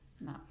no